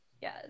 Yes